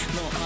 no